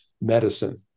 medicine